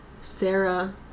Sarah